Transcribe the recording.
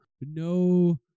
No